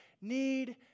need